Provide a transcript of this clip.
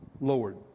lowered